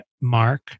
Mark